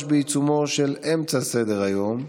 נחזור לסעיף 20 בסדר-היום,